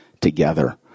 together